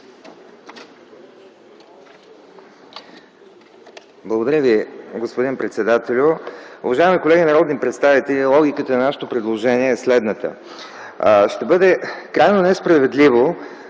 Благодаря Ви, господин председател. Уважаеми колеги народни представители, логиката на нашето предложение е следната - ще бъде крайно несправедливо